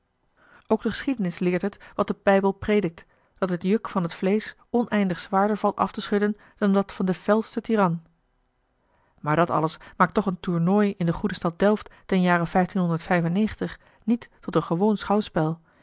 ook de geschiedenis leert het wat de bijbel predikt dat het juk van het vleesch oneindig zwaarder valt af te schudden dan dat van den felsten tiran maar dat alles maakt toch een tournooi in de goede stad delft ten jare niet tot een gewoon schouwspel